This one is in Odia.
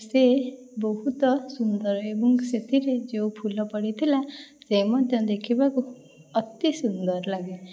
ସେ ବହୁତ ସୁନ୍ଦର ଏବଂ ସେଥିରେ ଯେଉଁ ଫୁଲ ପଡ଼ିଥିଲା ସେ ମଧ୍ୟ ଦେଖିବାକୁ ଅତି ସୁନ୍ଦର ଲାଗେ